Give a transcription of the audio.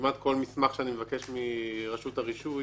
כמעט כל מסמך שאני מבקש מרשות הרישוי